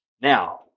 Now